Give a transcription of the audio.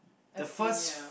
the first